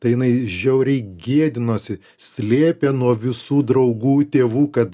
tai jinai žiauriai gėdinosi slėpė nuo visų draugų tėvų kad